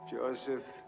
Joseph